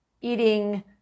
eating